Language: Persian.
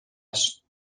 هشت